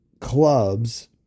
clubs